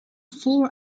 four